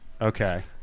Okay